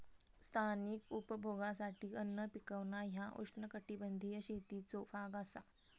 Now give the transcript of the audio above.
स्थानिक उपभोगासाठी अन्न पिकवणा ह्या उष्णकटिबंधीय शेतीचो भाग असा